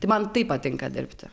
tai man taip patinka dirbti